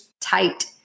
tight